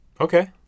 Okay